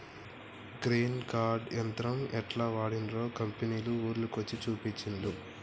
grain cart యంత్రం యెట్లా వాడ్తరో కంపెనోళ్లు ఊర్ల కొచ్చి చూపించిన్లు